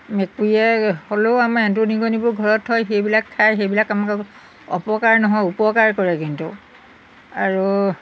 মেকুৰীয়ে হ'লেও আমাৰ এন্দুৰ নিগনিবোৰ ঘৰত থয় সেইবিলাক খাই সেইবিলাক আমাক অপকাৰ নহয় উপকাৰ কৰে কিন্তু আৰু